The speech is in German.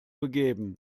begeben